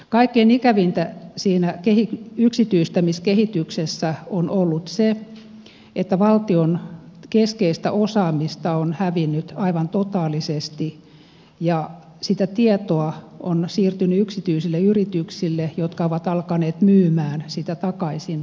kaikkein ikävintä siinä yksityistämiskehityksessä on ollut se että valtion keskeistä osaamista on hävinnyt aivan totaalisesti ja sitä tietoa on siirtynyt yksityisille yrityksille jotka ovat alkaneet myymään sitä takaisin valtiolle